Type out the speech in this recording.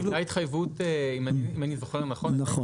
הייתה התחייבות אם אני זוכר נכון,